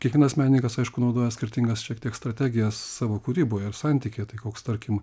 kiekvienas menininkas aišku naudoja skirtingas šiek tiek strategijas savo kūryboje ir santykyje tai koks tarkim